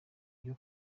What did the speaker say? byo